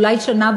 אולי שנה,